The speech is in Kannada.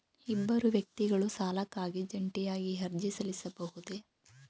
ಇಬ್ಬರು ವ್ಯಕ್ತಿಗಳು ಸಾಲಕ್ಕಾಗಿ ಜಂಟಿಯಾಗಿ ಅರ್ಜಿ ಸಲ್ಲಿಸಬಹುದೇ?